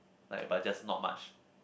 like but just not much